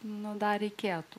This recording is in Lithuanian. nu dar reikėtų